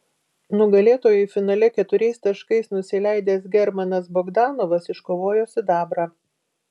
nugalėtojui finale keturiais taškais nusileidęs germanas bogdanovas iškovojo sidabrą